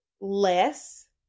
less